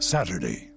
Saturday